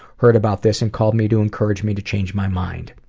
heard about this and called me to encourage me to change my mind.